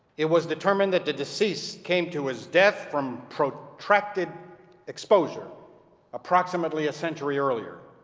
it was determined that the deceased came to his death from protracted exposure approximately a century earlier.